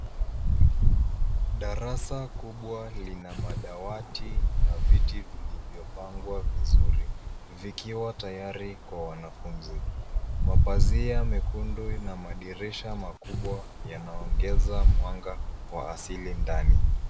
Darasa kubwa lina madawati na viti vilivyopangwa vizuri vikiwa tayari kwa wanafunzi. Mavazia mekundu na madirisha makubwa yanaongeza mwanga wa asili ndani.